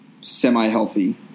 semi-healthy